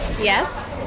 Yes